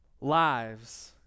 lives